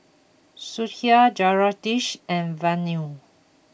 Sudhir Jagadish and Vanu